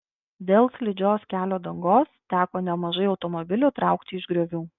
dėl slidžios kelio dangos teko nemažai automobilių traukti iš griovių